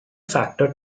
factor